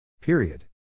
Period